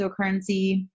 cryptocurrency